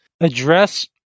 address